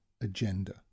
agenda